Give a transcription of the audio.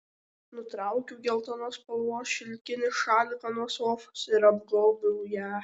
nutraukiau geltonos spalvos šilkinį šaliką nuo sofos ir apgobiau ją